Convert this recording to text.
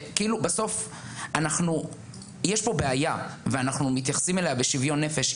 בסוף אנחנו יש פה בעיה ואנחנו מתייחסים אליה בשוויון נפש,